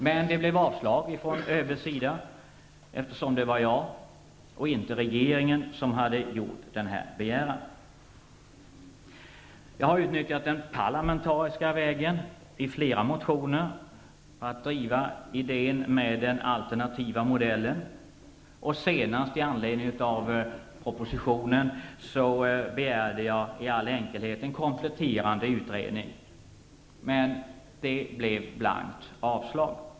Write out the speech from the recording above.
Men det blev avslag från ÖB:s sida, eftersom det var jag och inte regeringen som hade gjort den här begäran. Jag har utnyttjat den parlamentariska vägen. I flera motioner har jag drivit idén med den alternativa modellen, och senast i anledning av propositionen begärde jag i all enkelhet en kompletterande utredning. Men det blev blankt avslag.